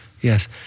Yes